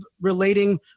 relating